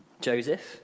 Joseph